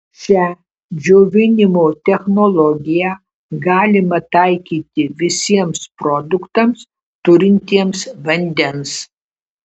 šią džiovinimo technologiją galima taikyti visiems produktams turintiems vandens